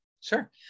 Sure